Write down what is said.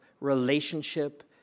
relationship